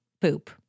Poop